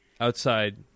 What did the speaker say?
outside